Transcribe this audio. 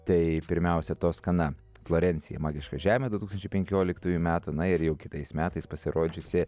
tai pirmiausia toskana florencija magiška žemė du tūkstančiai penkioliktųjų metų na ir jau kitais metais pasirodžiusi